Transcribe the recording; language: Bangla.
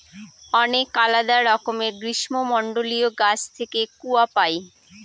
অনেক আলাদা রকমের গ্রীষ্মমন্ডলীয় গাছ থেকে কূয়া পাই